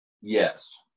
Yes